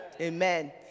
Amen